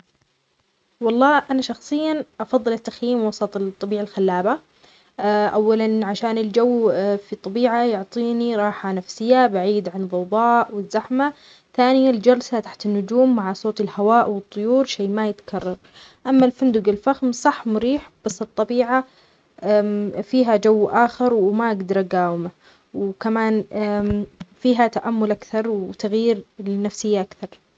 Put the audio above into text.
أفضل التخييم في وسط الطبيعة الخلابة. لأنني أستمتع بالهدوء والسكينة بعيدًا عن صخب الحياة اليومية. التخييم يسمح لي بالتواصل مع الطبيعة والشعور بالراحة النفسية، بينما الفندق الفخم رغم راحته، إلا أنني أشعر أنه يفصلني عن الطبيعة ويسلبني تلك التجربة البسيطة والممتعة.